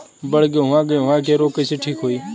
बड गेहूँवा गेहूँवा क रोग कईसे ठीक होई?